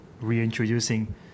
reintroducing